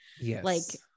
Yes